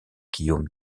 guillaume